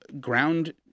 ground